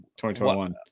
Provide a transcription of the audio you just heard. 2021